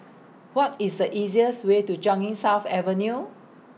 What IS The easiest Way to Changi South Avenue